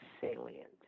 salient